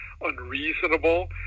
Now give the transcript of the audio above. unreasonable